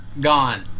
Gone